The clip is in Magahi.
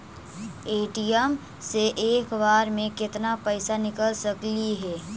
ए.टी.एम से एक बार मे केत्ना पैसा निकल सकली हे?